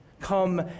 come